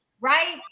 right